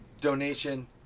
donation